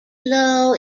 low